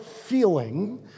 feeling